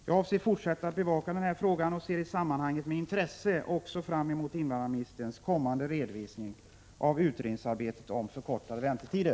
Jag ämnar fortsätta att bevaka frågan och ser i sammanhanget med intresse fram emot invandrarministerns kommande redovisning av utredningsarbetet om förkortade väntetider.